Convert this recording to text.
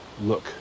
look